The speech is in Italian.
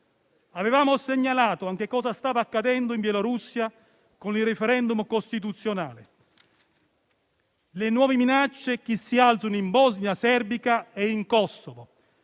Avevamo segnalato anche cosa stava accadendo in Bielorussia con il *referendum* costituzionale; le nuove minacce che si alzano in Bosnia e in Kosovo;